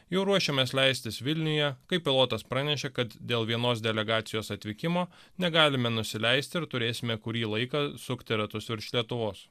jau ruošiamės leistis vilniuje kai pilotas pranešė kad dėl vienos delegacijos atvykimo negalime nusileisti ir turėsime kurį laiką sukti ratus virš lietuvos